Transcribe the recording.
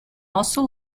also